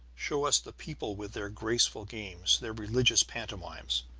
show us the people with their graceful games, their religious pantomimes.